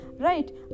Right